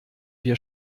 wir